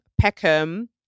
Peckham